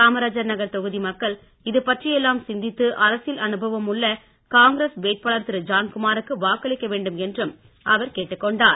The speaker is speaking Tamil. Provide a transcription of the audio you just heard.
காமராஜ் நகர் தொகுதி மக்கள் இதுபற்றி எல்லாம் சிந்தித்து அரசியல் அனுபவம் உள்ள காங்கிரஸ் வேட்பாளர் திரு ஜான்குமாருக்கு வாக்களிக்க வேண்டும் என்றும் அவர் கேட்டுக் கொண்டார்